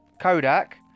Kodak